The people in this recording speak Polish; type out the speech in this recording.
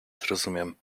zrozumiem